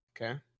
Okay